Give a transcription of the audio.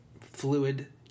fluid